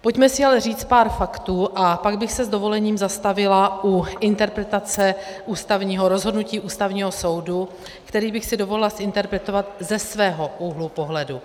Pojďme si ale říct pár faktů a pak bych se s dovolením zastavila u interpretace rozhodnutí Ústavního soudu, který bych si dovolila zinterpretovat ze svého úhlu pohledu.